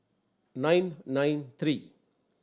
nine nine three